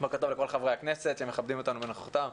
בוקר טוב לכל חברי הכנסת שמכבדים אותנו בנוכחותם,